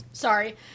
Sorry